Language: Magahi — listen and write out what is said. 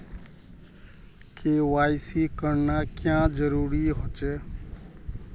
के.वाई.सी करना क्याँ जरुरी होचे?